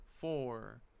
four